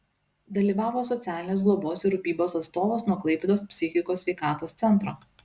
dalyvavo socialinės globos ir rūpybos atstovas nuo klaipėdos psichikos sveikatos centro